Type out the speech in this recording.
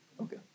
Okay